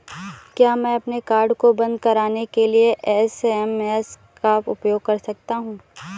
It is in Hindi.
क्या मैं अपने कार्ड को बंद कराने के लिए एस.एम.एस का उपयोग कर सकता हूँ?